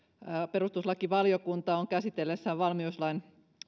perustuslakivaliokunta on käsitellessään valmiuslain